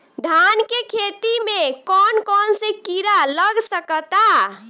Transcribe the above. धान के खेती में कौन कौन से किड़ा लग सकता?